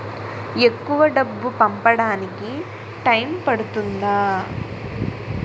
ఎక్కువ డబ్బు పంపడానికి టైం పడుతుందా?